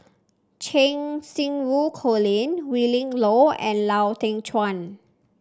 Cheng Xinru Colin Willin Low and Lau Teng Chuan